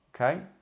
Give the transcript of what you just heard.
okay